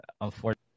unfortunately